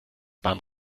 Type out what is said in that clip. bahn